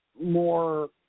more